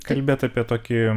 kalbėt apie tokį